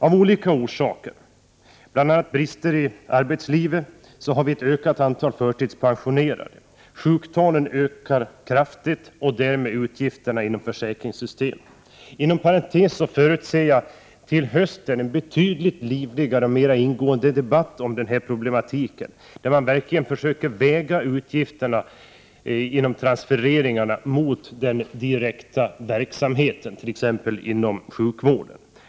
Av olika orsaker, bl.a. brister i arbetslivet, har vi ett ökat antal förtidspensionerade; sjuktalen ökar kraftigt och därmed utgifterna inom försäkringssystemet. Inom parentes sagt förutser jag en betydligt livligare och mer ingående debatt om den här problematiken till hösten, en debatt där man verkligen försöker väga utgifterna genom transfereringarna mot den direkta verksamheten, t.ex. inom sjukvården.